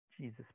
Jesus